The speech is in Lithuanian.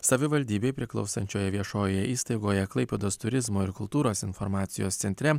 savivaldybei priklausančioje viešojoje įstaigoje klaipėdos turizmo ir kultūros informacijos centre